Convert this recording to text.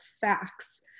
facts